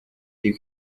you